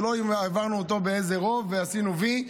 זה לא שאם העברנו אותה באיזה רוב ועשינו "וי",